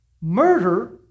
Murder